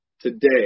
today